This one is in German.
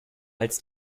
als